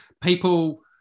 People